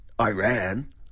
Iran